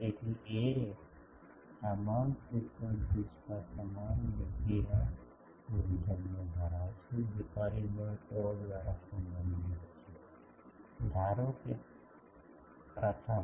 તેથી એરે તમામ ફ્રીક્વન્સીઝ પર સમાન વિકિરણ ગુણધર્મો ધરાવશે જે પરિબળ tau દ્વારા સંબંધિત છે ધારો કે પ્રથમ